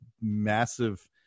massive